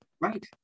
Right